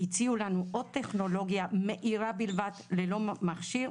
הציעו לנו עוד טכנולוגיה מהירה בלבד ללא מכשיר,